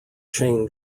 chain